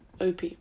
OP